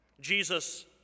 Jesus